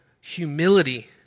humility